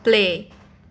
play